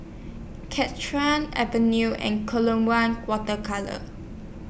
Avenue and Water Colours